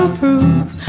prove